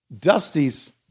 Dusty's